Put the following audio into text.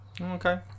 Okay